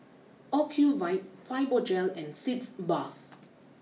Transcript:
Ocuvite Fibogel and Sitz Bath